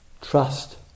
trust